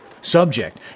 subject